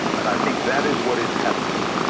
and i think that is what is happening.